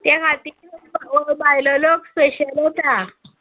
त्या खातीर भायलो लोक स्पेशली येता